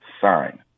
sign